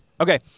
okay